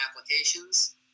applications